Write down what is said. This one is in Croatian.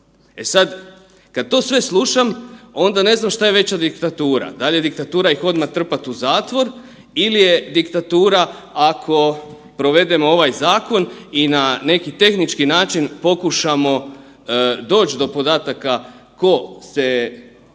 E sada kada sve to slušam onda ne znam šta je veća diktatura, dal je diktatura ih odmah trpat u zatvor ili je diktatura ako provedemo ovaj zakon i na neki tehnički način pokušamo doć do podataka tko se